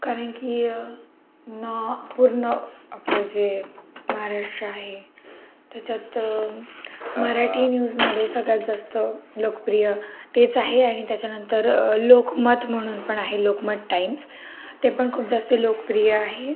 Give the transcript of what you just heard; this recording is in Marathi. कारण की ना पूर्ण आपलं जे महाराष्ट्र आहे त्याच्यात मराठी न्यूजमध्ये सगळ्यात जास्त लोकप्रिय तेच आहे आणि त्याच्यानंतर लोकमत म्हणून पण आहे लोकमत टाईम्स ते पण खूप जास्त लोकप्रिय आहे